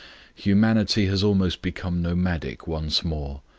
humanity has almost become nomadic once more.